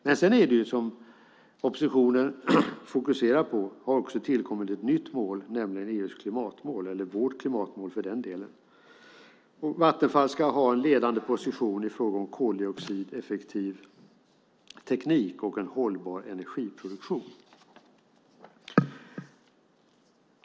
Men som oppositionen fokuserar på har det också tillkommit ett nytt mål, nämligen EU:s klimatmål eller vårt klimatmål, för den delen. Vattenfall ska ha en ledande position i fråga om koldioxideffektiv teknik och en hållbar energiproduktion.